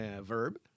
Verb